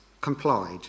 complied